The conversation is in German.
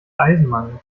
eisenmangel